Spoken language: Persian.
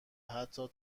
حتی